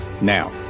Now